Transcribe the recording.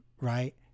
right